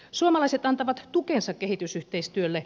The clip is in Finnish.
suomalaiset antavat tukensa kehitysyhteistyölle